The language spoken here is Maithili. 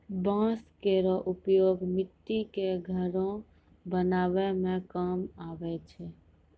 बांस केरो उपयोग मट्टी क घरो बनावै म काम आवै छै